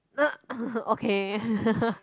okay